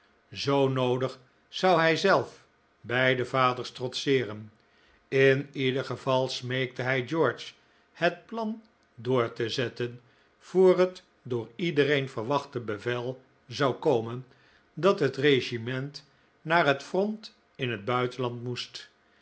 zoo noodig zou hijzelf beide vaders trotseeren in ieder geval smeekte hij george het plan door te zetten voor het door iedereen verwachte bevel zou komen dat het regiment naar het front in het buitenland moest